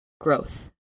growth